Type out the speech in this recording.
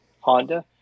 Honda